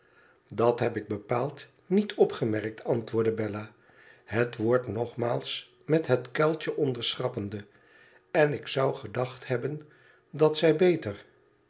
dat heb ik bepaald niet opgemerkt antwoordde bella het woord nogmaals met het kuiltje onderschrappende ten ik zou gedacht hebben dat zij beter